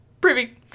privy